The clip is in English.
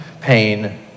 pain